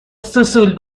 سوسول